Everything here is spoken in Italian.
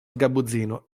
sgabuzzino